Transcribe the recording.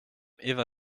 eva